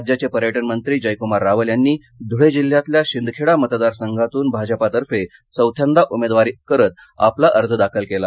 राज्याचे पर्यटन मंत्री जयकुमार रावल यांनी धुळे जिल्ह्यातल्या शिंदखेडा मतदारसंघातून भाजपातर्फे चौथ्यांदा उमेदवारी करत आपला अर्ज दाखल केला